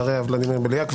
אחריה ולדימיר בליאק,